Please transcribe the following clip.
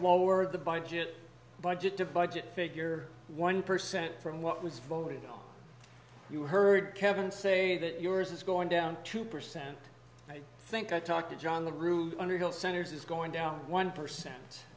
lower the budget budget to budget figure one percent from what was voted on you heard kevin say that yours is going down two percent i think i talked to john the room under bill senators is going down one percent